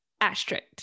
asterisk